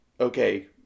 okay